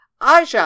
Aja